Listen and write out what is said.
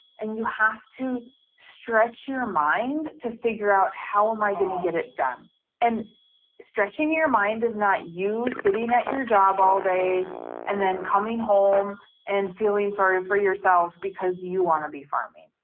and you have to stretch your mind to figure out how am i gonna get it done and stretching your mind is not you sitting at your job all day and then coming home and feeling sorry for yourself because you wanna be farming.